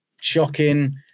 shocking